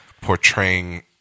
portraying